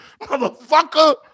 Motherfucker